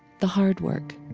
the hard work,